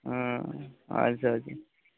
ᱟᱪᱪᱷᱟ ᱟᱪᱷᱟ